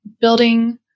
building